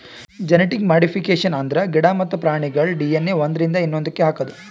genetic modification ಅಂದ್ರ ಗಿಡ ಮತ್ತ್ ಪ್ರಾಣಿಗೋಳ್ ಡಿ.ಎನ್.ಎ ಒಂದ್ರಿಂದ ಇನ್ನೊಂದಕ್ಕ್ ಹಾಕದು